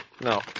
No